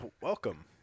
welcome